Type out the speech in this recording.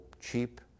cheap